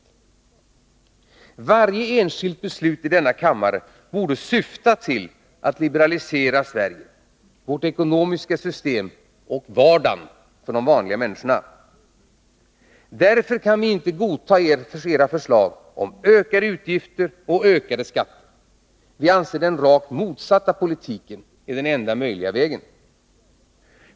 Onsdagen den Varje enskilt beslut i denna kammare borde syfta till att liberalisera 15 december 1982 Sverige, vårt ekonomiska system och vardagen för de vanliga människorna. Därför kan vi inte godta era förslag om ökade utgifter och ökade skatter. Vi anser att den rakt motsatta politiken är den enda möjliga vägen.